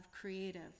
creative